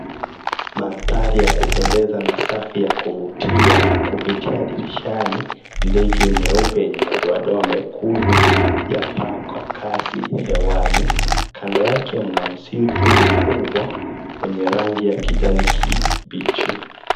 Mandhari ya kupendeza na safi ya kuvutia. Kupitia dirishani, ndege nyeupe yenye madoadoa mekundu, yapaa kwa kasi hewani. Kando yake mna msitu mkubwa, mwenye rangi ya kijani kibichi.